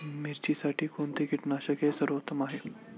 मिरचीसाठी कोणते कीटकनाशके सर्वोत्तम आहे?